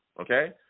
okay